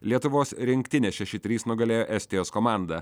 lietuvos rinktinė šeši trys nugalėjo estijos komandą